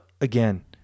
again